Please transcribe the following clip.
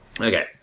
Okay